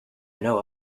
know